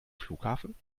flughafen